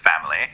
family